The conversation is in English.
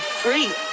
free